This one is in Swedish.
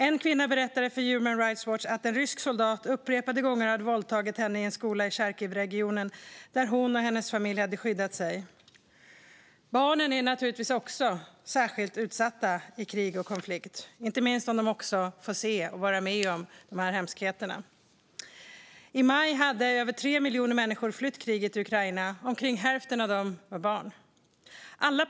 En kvinna berättade för Human Rights Watch att en rysk soldat upprepade gånger hade våldtagit henne i en skola i Charkivregionen, där hon och hennes familj hade tagit skydd. Barnen är naturligtvis också särskilt utsatta i krig och konflikt, inte minst om de också får se och vara med om de här hemskheterna. I maj hade över 3 miljoner människor flytt kriget i Ukraina, varav omkring hälften barn. Egentligen är det ganska konstigt att man ska ha lagar för hur man ska kriga när vi inte vill ha krig.